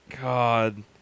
God